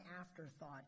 afterthought